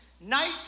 night